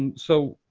and so